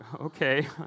Okay